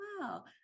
wow